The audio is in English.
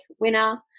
winner